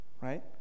right